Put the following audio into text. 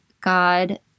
God